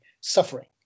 suffering